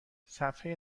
صحفه